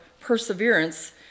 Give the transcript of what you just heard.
perseverance